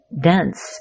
dense